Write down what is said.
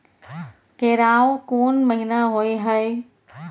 केराव कोन महीना होय हय?